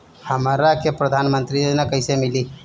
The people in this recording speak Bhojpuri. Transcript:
हमरा के प्रधानमंत्री योजना कईसे मिली?